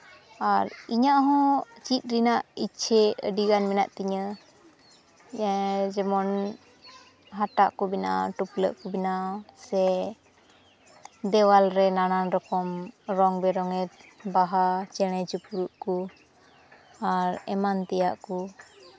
ᱟᱨ ᱤᱧᱟᱹᱜ ᱦᱚᱸ ᱪᱮᱫ ᱨᱮᱱᱟᱜ ᱤᱪᱪᱷᱮ ᱟᱹᱰᱤᱜᱟᱱ ᱢᱮᱱᱟᱜ ᱛᱤᱧᱟᱹ ᱡᱮᱢᱚᱱ ᱦᱟᱴᱟᱜ ᱠᱚ ᱵᱮᱱᱟᱣ ᱴᱩᱯᱞᱟᱹᱜ ᱠᱚ ᱵᱮᱱᱟᱣ ᱥᱮ ᱫᱮᱣᱟᱞ ᱨᱮ ᱱᱟᱱᱟᱱ ᱨᱚᱠᱚᱢ ᱨᱚᱝ ᱵᱮ ᱨᱚᱝ ᱮᱨ ᱵᱟᱦᱟ ᱪᱮᱬᱮ ᱪᱤᱯᱲᱩᱫ ᱠᱩ ᱟᱨ ᱮᱢᱟᱱ ᱛᱮᱭᱟᱜ ᱠᱚ